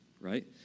right